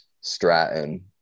stratton